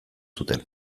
zuten